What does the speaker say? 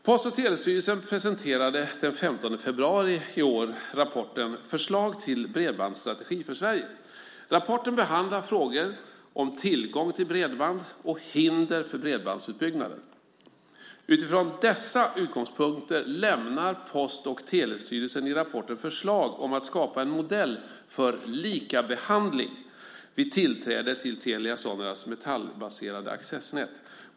Post och telestyrelsen presenterade den 15 februari i år rapporten Förslag till bredbandsstrategi för Sverige . Rapporten behandlar frågor om tillgång till bredband och hinder för bredbandsutbyggnaden. Utifrån dessa utgångspunkter lämnar Post och telestyrelsen i rapporten förslag om att skapa en modell för likabehandling vid tillträde till Telia Soneras metallbaserade accessnät.